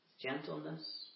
gentleness